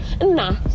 Nah